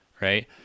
right